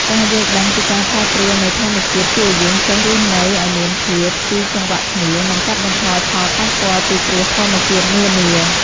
ការយល់ដឹងពីការប្រែប្រួលនៃធម្មជាតិជួយឱ្យយើងចេះរស់នៅឱ្យមានភាពស៊ីចង្វាក់គ្នា និងកាត់បន្ថយផលប៉ះពាល់ពីគ្រោះធម្មជាតិនានា។